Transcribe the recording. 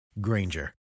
Granger